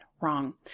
wrong